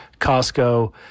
Costco